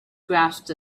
grasped